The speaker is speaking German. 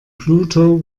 pluto